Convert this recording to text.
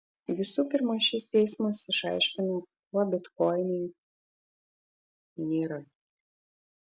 visų pirma šis teismas išaiškino kuo bitkoinai nėra